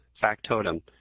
factotum